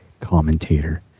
commentator